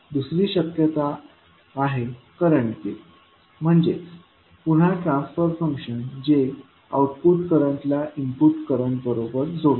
दुसरी शक्यता आहे करंट गेन म्हणजेच पुन्हा ट्रान्सफर फंक्शन जे आउटपुट करंटला इनपुट करंट बरोबर जोडते